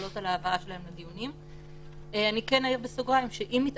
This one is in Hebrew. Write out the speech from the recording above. אני רוצה רק לדעת דבר אחד: האם אנחנו יכולים לבוא ולהחליט שמהיום,